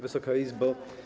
Wysoka Izbo!